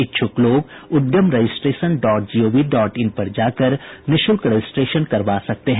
इच्छुक लोग Udyam registration dot gov dot in पर जाकर निःशुल्क रजिस्ट्रेशन करवा सकते हैं